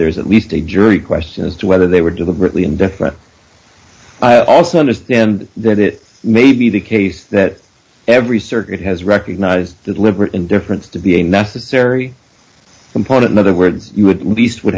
there is at least a jury question as to whether they were deliberately indifferent i also understand that it may be the case that every circuit has recognized the deliberate indifference to be a necessary component in other words you would least would